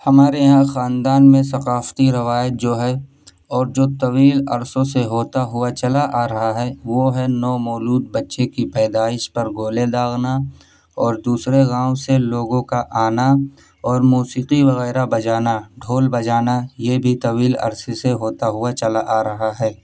ہمارے یہاں خاندان میں ثقافتی روایت جو ہے اور جو طویل عرصوں سے ہوتا ہوا چلا آ رہا ہے وہ ہے نو مولود بچے کی پیدائش پر گولے داغنا اور دوسرے گاؤں سے لوگوں کا آنا اور موسیقی وغیرہ بجانا ڈھول بجانا یہ بھی طویل عرصے سے ہوتا ہوا چلا آ رہا ہے